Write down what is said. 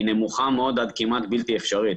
היא נמוכה מאוד עד כמעט בלתי אפשרית.